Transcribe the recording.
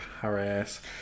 Paris